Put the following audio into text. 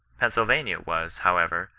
pennsylvania was, however,